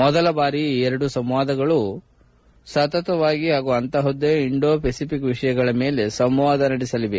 ಮೊದಲ ಬಾರಿ ಈ ಎರಡು ಸಂವಾದಗಳು ಸತತವಾಗಿ ಹಾಗೂ ಅಂತಹದ್ದೇ ಇಂಡೋ ಪೆಸಿಫಿಕ್ ವಿಷಯಗಳ ಮೇಲೆ ಈ ಸಂವಾದ ನಡೆಯಲಿದೆ